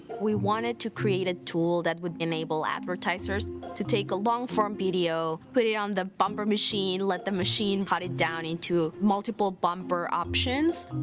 we wanted to create a tool that would enable advertisers to take a long-form video, put it on the bumper machine, let the machine cut it down into multiple bumper options.